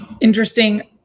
interesting